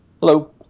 Hello